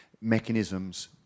mechanisms